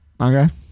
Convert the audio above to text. Okay